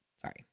Sorry